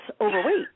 overweight